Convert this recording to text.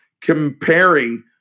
comparing